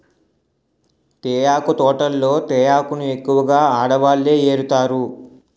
తేయాకు తోటల్లో తేయాకును ఎక్కువగా ఆడవాళ్ళే ఏరుతారు